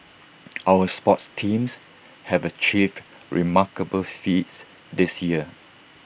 our sports teams have achieved remarkable feats this year